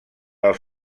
als